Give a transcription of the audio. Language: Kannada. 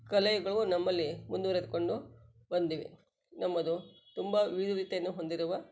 ಕಲೆಗಳು ನಮ್ಮಲ್ಲಿ ಮುಂದುವರೆದುಕೊಂಡು ಬಂದಿವೆ ನಮ್ಮದು ತುಂಬ ವಿವಿಧತೆಯನ್ನು ಹೊಂದಿರುವ